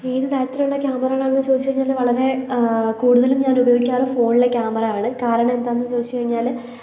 ഏത് തരത്തിലുള്ള ക്യാമറകളാണ് എന്ന് ചോദിച്ചു കഴിഞ്ഞാൽ വളരെ കൂടുതലും ഞാൻ ഉയോഗിക്കാറുള്ളത് ഫോണിലെ ക്യാമറ ആണ് കാരണം എന്താണെന്ന് ചോദിച്ചു കഴിഞ്ഞാൽ